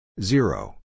Zero